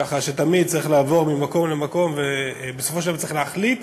ככה שתמיד צריך לעבור ממקום למקום ובסופו של דבר צריך להחליט